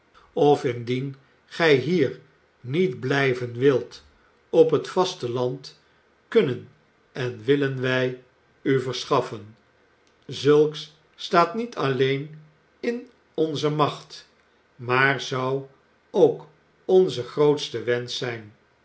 of indien gij hier niet blijven wilt op het vasteland kunnen en willen wij u verschaffen zulks staat niet alleen jn onze macht maar zou ook onze hoogste wensch zijn